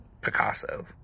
Picasso